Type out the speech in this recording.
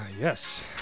yes